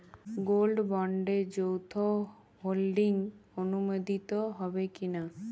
Gold বন্ডে যৌথ holding অনুমোদিত হবে কিনা?